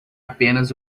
apenas